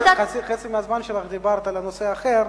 חצי מהזמן שלך דיברת על נושא אחר.